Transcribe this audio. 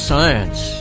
Science